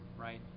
right